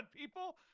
people